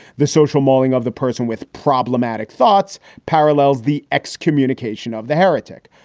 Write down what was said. the social mauling of the person with problematic thoughts parallels the excommunication of the heretic.